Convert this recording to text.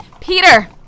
Peter